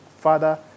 Father